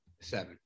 Seven